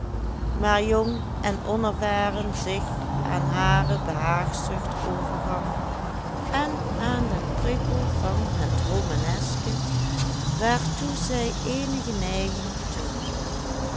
maar jong en onervaren zich aan hare behaagzucht overgaf en aan den prikkel van het romaneske waartoe zij eenige neiging toonde